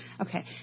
Okay